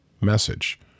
message